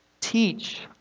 Teach